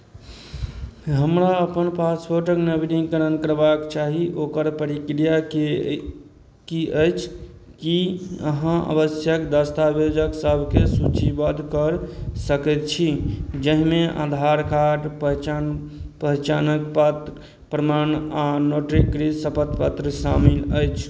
हमरा अपन पासपोर्टक नवीनीकरण करबाक चाही ओकर प्रक्रिया की अइ की अछि की अहाँ आवश्यक दस्तावेजक सभकेँ सूचीबद्ध कऽ सकैत छी जाहिमे आधार कार्ड पहिचान पहिचानक प्रमाण आ नोटरीकृत शपथपत्र शामिल अछि